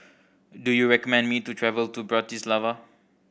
do you recommend me to travel to Bratislava